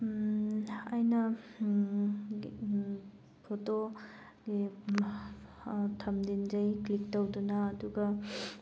ꯑꯩꯅ ꯐꯣꯇꯣꯒꯤ ꯊꯝꯖꯟꯖꯩ ꯀ꯭ꯂꯤꯛ ꯇꯧꯗꯨꯅ ꯑꯗꯨꯒ